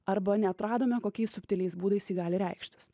arba neatradome kokiais subtiliais būdais ji gali reikštis